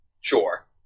Sure